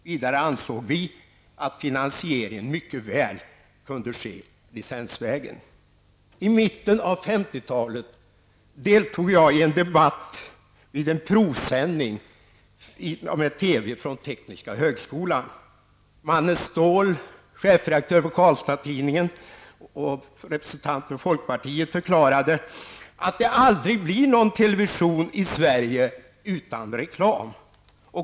Vidare ansåg vi att finansieringen mycket väl kunde ske licensvägen. I mitten på 50-talet deltog jag i en debatt vid en TV Ståhl, chefredaktör för Karlstads-Tidningen och representant för folkpartiet, förklarade att det aldrig blir någon television i Sverige utan reklam.